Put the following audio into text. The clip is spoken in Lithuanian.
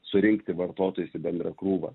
surinkti vartotojus į bendrą krūvą